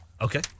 Okay